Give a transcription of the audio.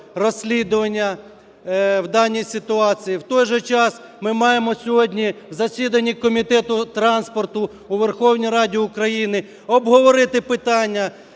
в той же час ми маємо сьогодні на засідання комітету транспорту у Верховній Раді України обговорити питання